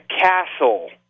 Castle